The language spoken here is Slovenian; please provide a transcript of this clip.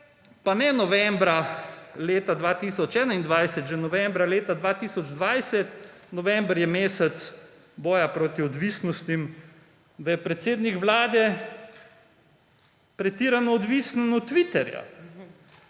pa ne novembra leta 2021, že novembra leta 2020, november je mesec boja proti odvisnostim, da je predsednik Vlade pretirano odvisen od Twitterja,